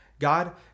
God